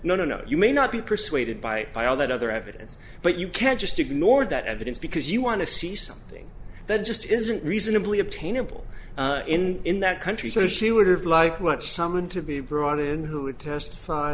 no no no you may not be persuaded by by all that other evidence but you can't just ignore that evidence because you want to see something that just isn't reasonably obtainable in in that country so she would have liked what some had to be brought in who would testify